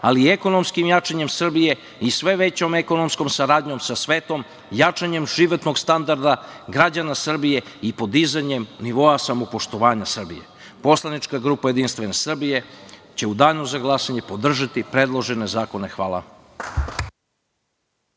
ali i ekonomskim jačanjem Srbije i sve većom ekonomskom saradnjom sa svetom, jačanjem životnog standarda građana Srbije i podizanjem nivoa samopoštovanja Srbije. Poslanička grupa JS će u danu za glasanje podržati predložene zakone. Hvala.